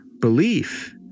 belief